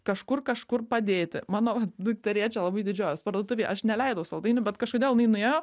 kažkur kažkur padėti mano dukterėčia labai didžiuojuos parduotuvėj aš neleidau saldainių bet kažkodėl jinai nuėjo